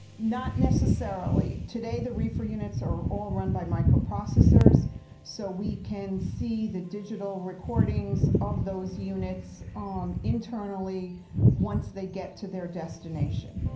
not necessarily. today the reefer units are all run by microprocessors so we can see the digital recordings of those units um internally once they get to their destination